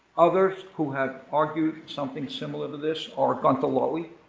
others who have argues something similar to this are guenter lewy,